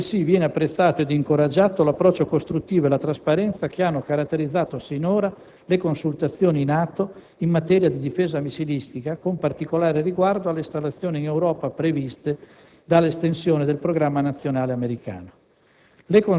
altresì apprezzato ed incoraggiato l'approccio costruttivo e la trasparenza che hanno caratterizzato sinora le consultazioni NATO in materia di difesa missilistica, con particolare riguardo alle installazioni in Europa previste dall'estensione del programma nazionale americano.